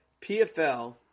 PFL